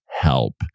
help